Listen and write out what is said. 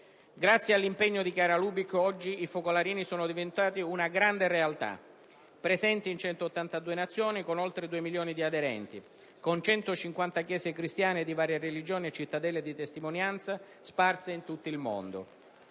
Grazie all'impegno di Chiara Lubich oggi i focolarini sono diventati una grande realtà, presenti in 182 nazioni, con oltre 2 milioni di aderenti, con centocinquanta chiese cristiane e di varie religioni e città delle di testimonianza, sparse in tutto il mondo.